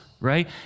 right